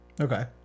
okay